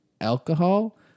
alcohol